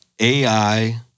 AI